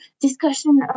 discussion